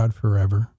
forever